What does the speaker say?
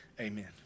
Amen